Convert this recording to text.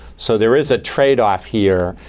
so there is a trade off here,